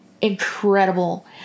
incredible